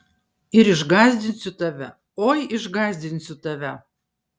ir išgąsdinsiu tave oi išgąsdinsiu tave